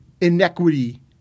inequity